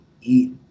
eat